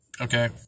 Okay